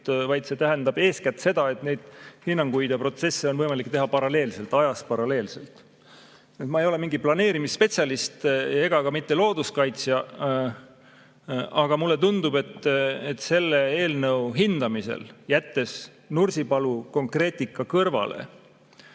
vaid see tähendab eeskätt seda, et neid hinnanguid ja protsesse on võimalik teha ajas paralleelselt. Ma ei ole mingi planeerimisspetsialist ega ka mitte looduskaitsja, aga mulle tundub, et selle eelnõu hindamisel, jättes Nursipalu konkreetika kõrvale,